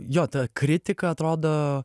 jo ta kritika atrodo